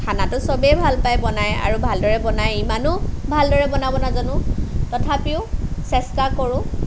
খানাটো চবেই ভাল পায় বনাই আৰু ভালদৰে বনাই ইমানো ভালদৰে বনাব নাজানো তথাপিও চেষ্টা কৰো